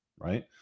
right